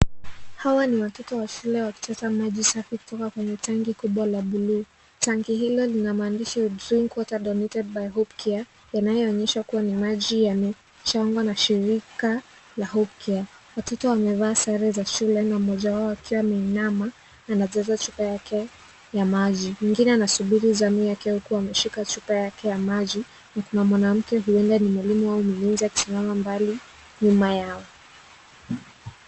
Hawa ni watoto wa shule wakichota maji safi kutoka kwenye tanki kubwa la bluu . Tanki hilo lina maandishi We drink clean water donated by Homecare , yanayoonyesha kuwa ni maji yamechangwa na shirika la Hopecare. Watoto wamevaa sare za shule na mmoja wao akiwa ameinama, anajaza chupa yake ya maji. Mwingine anasubiri zamu yake huku akiwa ameshika chupa yake ya maji na kuna mwanamke huenda ni mwalimu wao akisimama mbali nyuma yao.